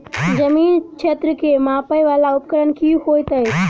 जमीन क्षेत्र केँ मापय वला उपकरण की होइत अछि?